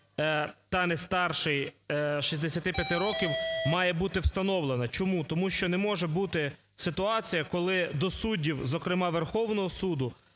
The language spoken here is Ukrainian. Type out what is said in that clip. та не старший 65 років, має бути встановлена. Чому. Тому що не може бути ситуація, коли до суддів, зокрема Верховного Суду,